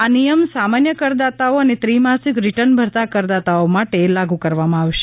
આ નિથમ સામાન્ય કરદાતાઓ ને ત્રિમાસીક રીટર્ન ભરતા કરદાતાઓ માટે લાગુ કરવામાં આવશે